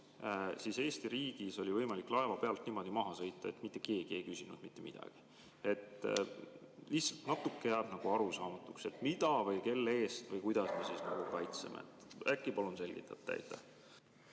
siis Eesti riigis oli võimalik laeva pealt niimoodi maha sõita, et mitte keegi ei küsinud mitte midagi. Lihtsalt, jääb natuke arusaamatuks, mida või kelle eest või kuidas me kaitseme. Äkki palun selgitate.